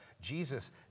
Jesus